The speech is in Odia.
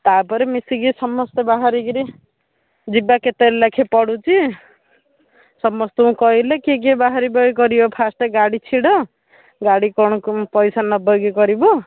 ତା'ପରେ ମିଶିକି ସମସ୍ତେ ବାହାରିକରି ଯିବା କେତେ ଲେଖାଏଁ ପଡ଼ୁଛି ସମସ୍ତଙ୍କୁ କହିଲେ କିଏ କିଏ ବାହାରିବ କରିବ ଫାଷ୍ଟ ଗାଡ଼ି ଛିଡ଼ ଗାଡ଼ି କ'ଣ କ'ଣ ପଇସା ନେବ କି କରିବ